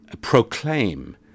proclaim